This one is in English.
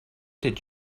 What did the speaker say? did